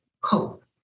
cope